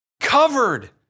covered